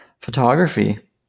Photography